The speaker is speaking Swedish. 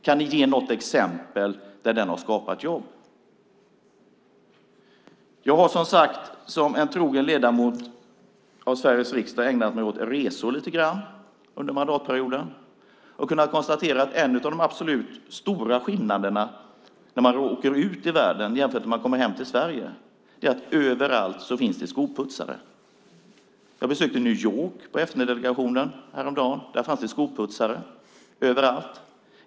Kan ni ge något exempel där den har skapat jobb? Jag har, som sagt, som en trogen ledamot av Sveriges riksdag ägnat mig lite grann åt resor under mandatperioden och kunnat konstatera att en stor skillnad mellan Sverige och andra länder är att det överallt i andra länder finns skoputsare. Häromdagen besökte jag FN-delegationen i New York. Överallt fanns det skoputsare.